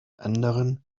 anderen